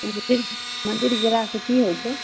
मन्दिर मन्दिर गेला से की होइ छै